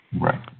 Right